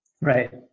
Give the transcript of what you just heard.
Right